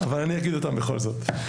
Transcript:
אני אגיד אותם בכל זאת.